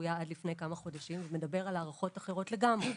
צפויה עד לפני כמה חודשים ומדבר על הערכות אחרות לגמרי,